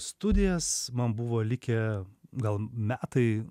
studijas man buvo likę gal metai